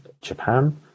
Japan